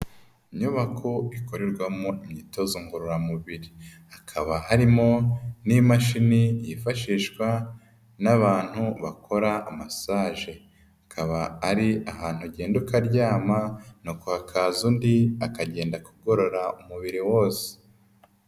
Inyubako ikorerwamo imyitozo ngororamubiri. Hakaba harimo n'imashini yifashishwa n'abantu bakora masaje. Akaba ari ahantu ugenda ukaryama nuko hakaza undi akagenda akugorora umubiri wose.